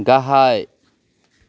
गाहाय